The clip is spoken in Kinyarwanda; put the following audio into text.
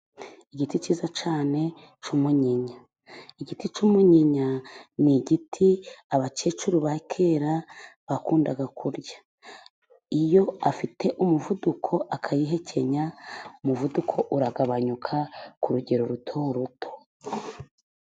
Igiti cyiza cyane cy'umunyinya. Igiti cy'umuyinya ni igiti abakecuru ba kera bakundaga kurya, iyo afite umuvuduko akayihekenya, umuvuduko uragabanyuka ku rugero ruto ruto.